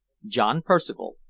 john percival,